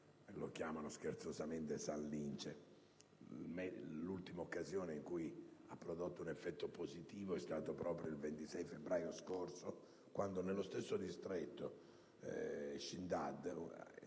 lo chiamano scherzosamente San Lince. L'ultima occasione in cui ha prodotto un effetto positivo è stata proprio il 26 febbraio scorso, quando, nello stesso distretto di Shindand,